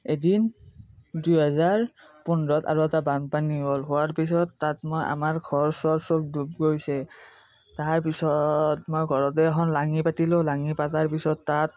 এদিন দুহেজাৰ পোন্ধৰত আৰু এটা বানপানী হ'ল হোৱাৰ পিছত তাত মই আমাৰ ঘৰ চৰ চব ডুব গৈছে তাৰপিছত মই ঘৰতে এখন লাঙি পাতিলো লাঙি পাতাৰ পিছত তাত